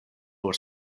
nur